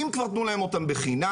אם כבר תנו להם אותן בחינם.